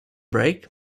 break